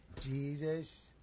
Jesus